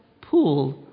pool